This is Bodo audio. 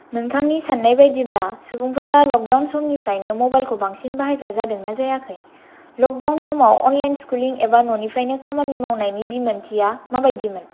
नोंथांनि साननाय बायदिब्ला सुबुंफोरा लकदाउन समनिफ्रायनो मबाइल खौ बांसिन बाहायग्रा जादोंना जायाखै लकदाउन समाव अनलाइन स्कुलिं एबा न'निफ्रायनो खामानि मावनायनि बिमोनथिया माबायदि मोन